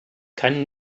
kann